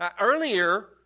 Earlier